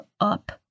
up